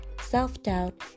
self-doubt